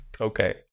Okay